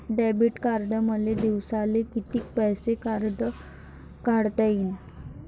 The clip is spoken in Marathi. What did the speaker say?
डेबिट कार्डनं मले दिवसाले कितीक पैसे काढता येईन?